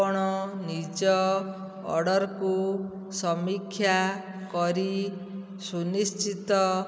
ଆପଣ ନିଜ ଅର୍ଡ଼ରକୁ ସମୀକ୍ଷା କରି ସୁନିଶ୍ଚିତ